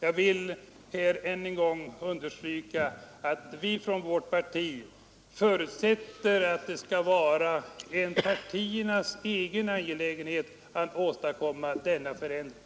Jag vill än en gång understryka att vi i vårt parti förutsätter att det skall vara partiernas egen angelägenhet att åstadkomma denna förändring